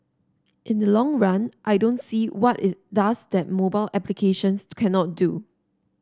in the long run I don't see what it does that mobile applications cannot do